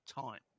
time